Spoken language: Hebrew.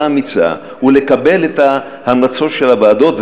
אמיצה ולקבל את ההמלצות של הוועדות?